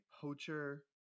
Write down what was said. poacher